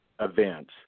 events